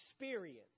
experience